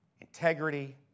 integrity